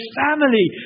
family